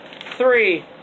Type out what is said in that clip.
three